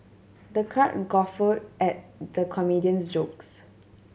the crowd guffawed at the comedian's jokes